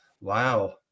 Wow